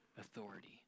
authority